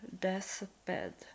deathbed